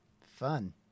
fun